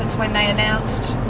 when they announced